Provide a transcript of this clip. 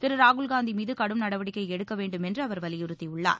திரு ராகுல்காந்தி மீது கடும் நடவடிக்கை எடுக்க வேண்டும் என்று அவர் வலியுறுத்தியுள்ளார்